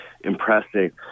impressive